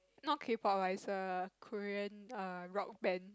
not K pop ah it's a Korean err rock band